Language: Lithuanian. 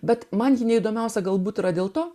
bet man ji neįdomiausia galbūt dėl to